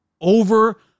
over